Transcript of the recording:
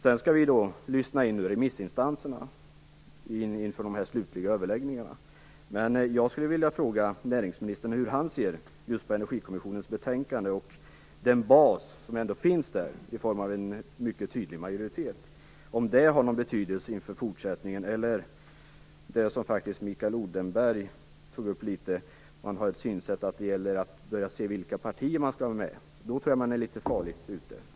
Vi skall nu lyssna till remissinstanserna, inför de slutliga överläggningarna. Energikommissionens betänkande och den bas som ändå finns där i form av en mycket tydlig majoritet. Har detta någon betydelse inför fortsättningen? Mikael Odenberg tog upp synsättet att det gäller att börja se efter vilka partier som skall vara med. Då tror jag att man är farligt ute.